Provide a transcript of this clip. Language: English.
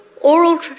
oral